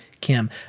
Kim